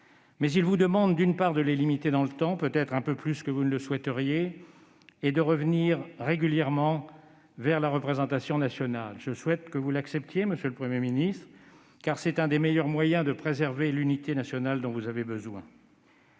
Mais il vous demande de les limiter dans le temps, peut-être davantage que vous ne le souhaiteriez, et de revenir régulièrement vers la représentation nationale. Je souhaite que vous l'acceptiez, monsieur le Premier ministre, car c'est un des meilleurs moyens de préserver l'unité nationale dont vous avez besoin.